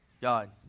God